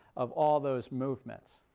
of all those movements.